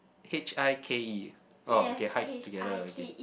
H_I_K_E oh okay hike together okay